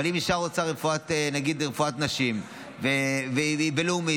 אבל אם אישה רוצה למשל רפואת נשים והיא בלאומית,